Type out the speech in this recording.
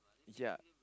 ya